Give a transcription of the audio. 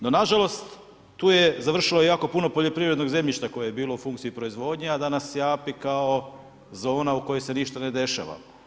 No nažalost, tu je završilo i jako puno poljoprivrednog zemljišta koje je bilo u funkciji proizvodnje, a danas japi kao zona u kojoj se ništa ne dešava.